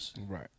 Right